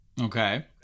Okay